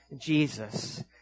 Jesus